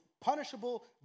punishable